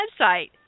website